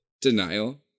Denial